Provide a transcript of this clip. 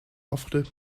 afgedrukt